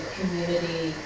community